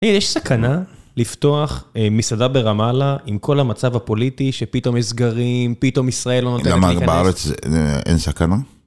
אין, יש סכנה לפתוח מסעדה ברמאללה עם כל המצב הפוליטי שפתאום יש סגרים, פתאום ישראל לא נותנת להיכנס. למה בארץ אין סכנה?